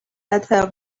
letter